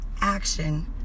action